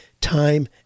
time